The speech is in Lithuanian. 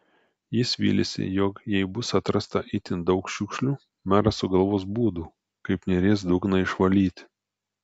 jis vylėsi jog jei bus atrasta itin daug šiukšlių meras sugalvos būdų kaip neries dugną išvalyti